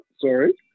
Sorry